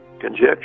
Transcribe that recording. conjecture